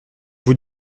vous